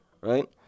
right